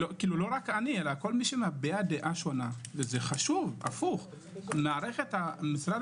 לא רק אני אלא כל מי שמביע דעה שונה מערכת משרד